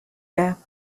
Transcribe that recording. there